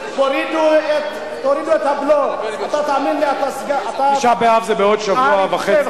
תפסיק לקונן, תשעה באב זה בשבוע הבא.